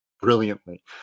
brilliantly